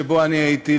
שבו אני הייתי,